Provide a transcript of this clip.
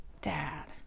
dad